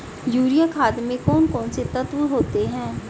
Urea खाद में कौन कौन से तत्व होते हैं?